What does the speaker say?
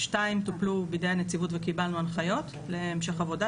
שתיים טופלו בידי הנציבות וקיבלנו הנחיות להמשך עבודה.